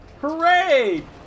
Hooray